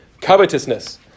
covetousness